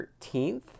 13th